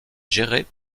géré